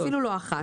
אפילו לא אחת.